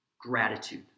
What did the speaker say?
gratitude